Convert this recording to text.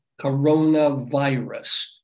coronavirus